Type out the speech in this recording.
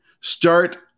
start